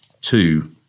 two